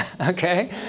okay